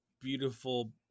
beautiful